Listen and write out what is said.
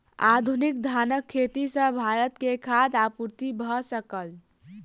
आधुनिक धानक खेती सॅ भारत के खाद्य आपूर्ति भ सकल